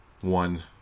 one